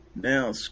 Now